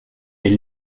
elle